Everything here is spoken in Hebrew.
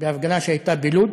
בהפגנה שהייתה בלוד